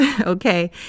Okay